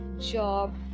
job